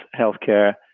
healthcare